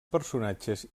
personatges